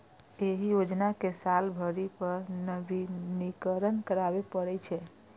एहि योजना कें साल भरि पर नवीनीकरण कराबै पड़ै छै